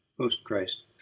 post-Christ